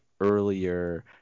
earlier